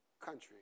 country